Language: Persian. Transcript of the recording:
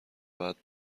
بعد